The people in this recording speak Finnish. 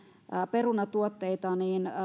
perunatuotteita